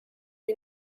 wie